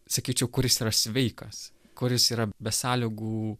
sakyčiau kuris yra sveikas kuris yra be sąlygų